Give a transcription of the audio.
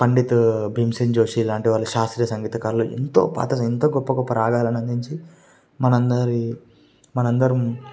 పండిత భీమసేన్ జోషి లాంటివాళ్లు శాస్త్రీయ సంగీతకారులు ఎంతో పాత ఎంతో గొప్ప గొప్ప రాగాలను అందించి మన అందరీ మనమందరం